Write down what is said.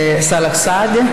סאלח סעד.